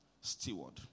steward